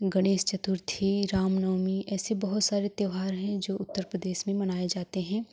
गणेश चतुर्थी राम नवमी ऐसे बहुत सारे त्यौहार हैं जो उत्तर प्रदेश में मनाए जाते हैं